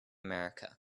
america